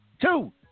Two